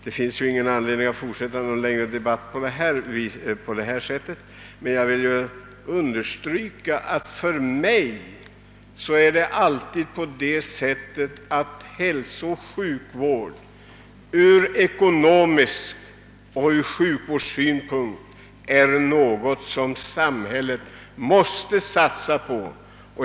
Nu finns det ingen anledning till någon längre debatt på denna punkt, men jag vill understryka att hälsooch sjukvård för mig ur ekonomisk och sjukvårdssynpunkt är något som samhället måste satsa på.